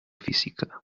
física